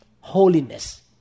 Holiness